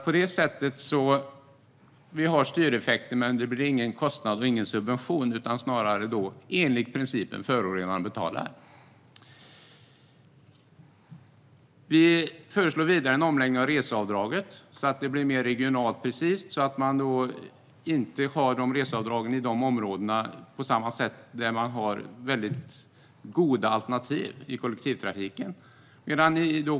På det sättet har vi styreffekter, men det blir ingen kostnad och ingen subvention. Snarare blir principen att förorenaren betalar. Vi föreslår vidare en omläggning av reseavdraget så att det blir mer regionalt precist. Man ska inte ha reseavdrag på samma sätt i de områden där det finns goda alternativ i kollektivtrafiken.